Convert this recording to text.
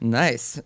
nice